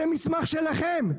זה מסמך שלכם.